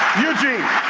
eugene.